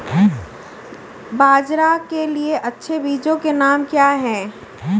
बाजरा के लिए अच्छे बीजों के नाम क्या हैं?